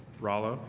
rallo.